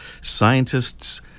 scientists